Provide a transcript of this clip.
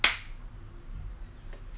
不可以因为他他要 synchronise